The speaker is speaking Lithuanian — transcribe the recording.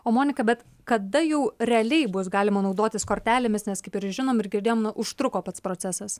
o monika bet kada jau realiai bus galima naudotis kortelėmis nes kaip ir žinom ir girdėjom na užtruko pats procesas